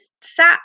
sat